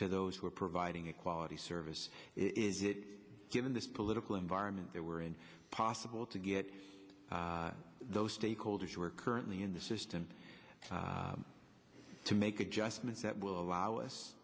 to those who are providing a quality service is given the political environment that we're in possible to get those stakeholders who are currently in the system to make adjustments that will allow us